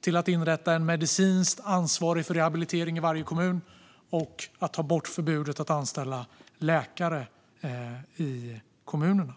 till en medicinskt ansvarig för rehabilitering i varje kommun och till att ta bort förbudet att anställa läkare i kommunerna.